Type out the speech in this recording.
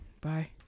bye